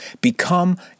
Become